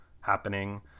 happening